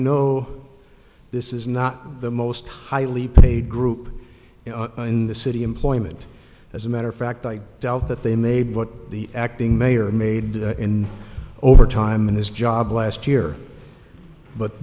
know this is not the most highly paid group in the city employment as a matter of fact i doubt that they maybe what the acting mayor made in overtime in this job last year but